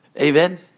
Amen